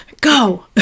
go